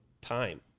time